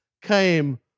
came